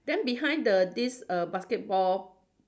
then behind the this err basketball